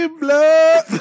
blood